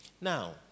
Now